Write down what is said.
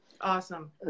Awesome